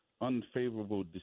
unfavorable